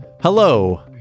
hello